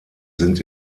sind